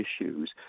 issues